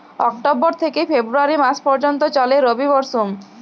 October থেকে ফেব্রুয়ারি মাস পর্যন্ত চলে রবি মরসুম